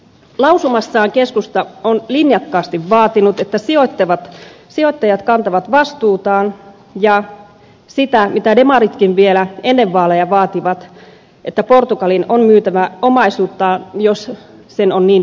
lausumassaan keskusta on linjakkaasti vaatinut sitä että sijoittajat kantavat vastuutaan ja sitä mitä demaritkin vielä ennen vaaleja vaativat että portugalin on myytävä omaisuuttaan jos sen on niin pitkälle mentävä